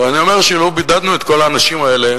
ואני אומר שלו בידדנו את כל האנשים האלה,